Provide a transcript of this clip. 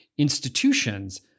institutions